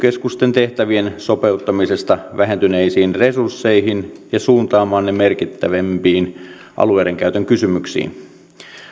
keskusten tehtävien sopeuttamisesta vähentyneisiin resursseihin ja suuntaamaan ne merkittävämpiin alueiden käytön kysymyksiin